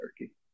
turkey